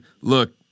look